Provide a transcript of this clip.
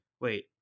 Wait